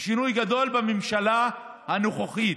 ושינוי גדול בממשלה הנוכחית,